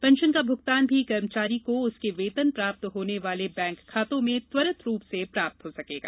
pension का भुगतान भी कर्मचारी को उसके वेतन प्राप्त होने वाले बैंक खातों में त्वरित रूप से प्राप्त हो सकेगा